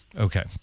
Okay